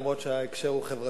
אף-על-פי שההקשר הוא חברתי,